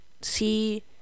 see